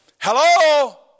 Hello